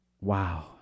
Wow